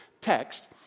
text